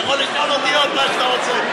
אתה יכול לשאול אותי עוד מה שאתה רוצה,